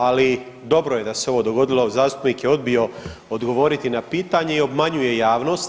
Ali dobro je da se ovo dogodilo, zastupnik je odbio odgovoriti na pitanje i obmanjuje javnost.